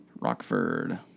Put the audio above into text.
rockford